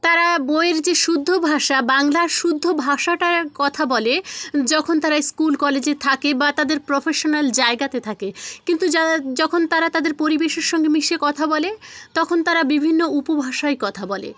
তারা বইয়ের যে শুদ্ধ ভাষা বাংলার শুদ্ধ ভাষাটায় কথা বলে যখন তারা স্কুল কলেজে থাকে বা তাদের প্রফেশনাল জায়গাতে থাকে কিন্তু যা যখন তারা তাদের পরিবেশের সঙ্গে মিশে কথা বলে তখন তারা বিভিন্ন উপভাষায় কথা বলে